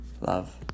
Love